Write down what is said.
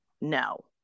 No